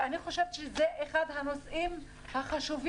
ואני חושבת שזה אחד הנושאים החשובים,